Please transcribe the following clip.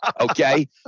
okay